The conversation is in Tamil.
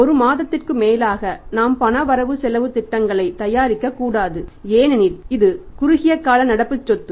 ஒரு மாதத்திற்கும் மேலாக நாம் பண வரவு செலவுத் திட்டங்களைத் தயாரிக்கக்கூடாது ஏனெனில் இது குறுகிய கால நடப்பு சொத்து